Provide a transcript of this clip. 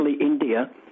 India